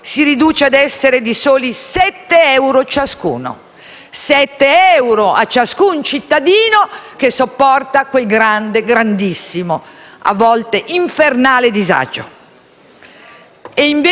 euro a ciascun cittadino che sopporta quel grande, grandissimo, a volte infernale disagio. E invece che caricare su questo fondo tutte le risorse possibili,